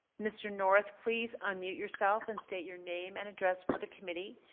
mr. north, please unmute yourself and state your name and address for the committee.